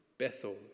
Bethel